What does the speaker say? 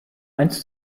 eins